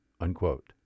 unquote